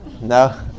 No